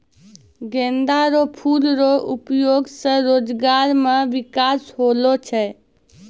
गेंदा रो फूल रो उपयोग से रोजगार मे बिकास होलो छै